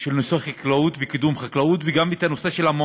של נושא החקלאות וקידום חקלאות וגם את נושא המו"פים.